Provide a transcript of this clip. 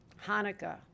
Hanukkah